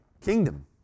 kingdom